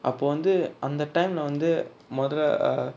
அப்போ வந்து அந்த:appo vanthu antha time lah வந்து மொதல்ல:vanthu mothalla err